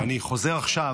אני חוזר עכשיו,